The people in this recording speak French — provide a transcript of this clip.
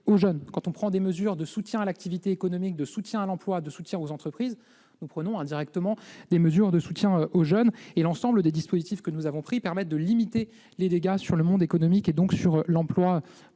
jeunes ; quand on prend des mesures de soutien à l'activité économique, à l'emploi et aux entreprises, on prend indirectement des mesures de soutien aux jeunes, et l'ensemble des dispositifs que nous avons pris permet de limiter les dégâts sur le monde économique et donc sur l'emploi